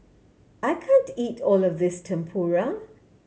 I can't eat all of this Tempura